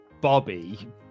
Bobby